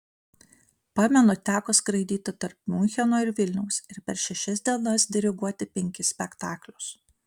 pamenu teko skraidyti tarp miuncheno ir vilniaus ir per šešias dienas diriguoti penkis spektaklius